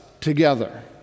together